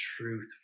truth